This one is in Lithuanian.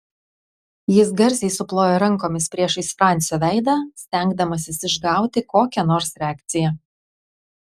jis garsiai suplojo rankomis priešais francio veidą stengdamasis išgauti kokią nors reakciją